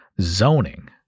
zoning